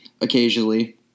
occasionally